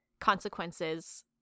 consequences